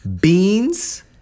Beans